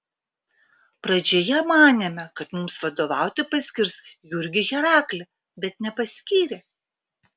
pradžioje manėme kad mums vadovauti paskirs jurgį heraklį bet nepaskyrė